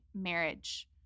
marriage